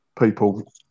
People